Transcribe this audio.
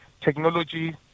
Technology